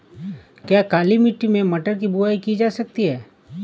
क्या काली मिट्टी में मटर की बुआई की जा सकती है?